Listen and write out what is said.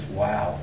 wow